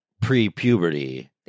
pre-puberty